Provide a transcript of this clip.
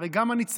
הרי גם הניצחון,